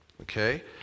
okay